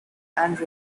and